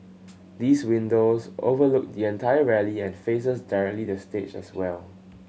these windows overlook the entire rally and faces directly the stage as well